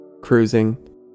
cruising